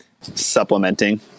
supplementing